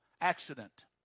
accident